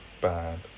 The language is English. bad